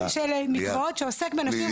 של מקוואות שעוסק בנשים.